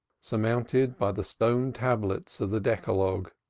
surmounted by the stone tablets of the decalogue,